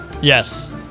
Yes